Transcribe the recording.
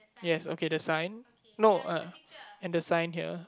yes okay the sign no uh and the sign here